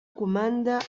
comanda